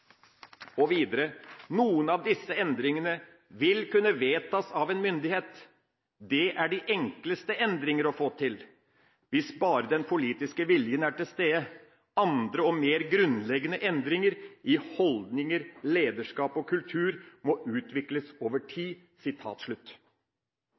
Noen av disse endringene vil kunne vedtas av en myndighet. Det er de enkleste endringene å få til, hvis bare den politiske viljen er til stede. Andre og mer grunnleggende endringer – i holdninger, lederskap og kultur – må utvikles over